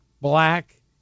black